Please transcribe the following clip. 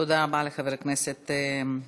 תודה רבה לחבר הכנסת אייכלר.